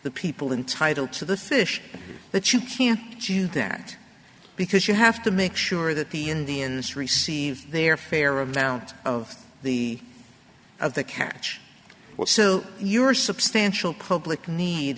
the people in title to the fish that you can't do that because you have to make sure that the indians receive their fair amount of the of the catch well so you are substantial public need